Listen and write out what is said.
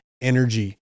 energy